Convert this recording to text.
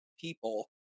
people